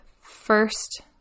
first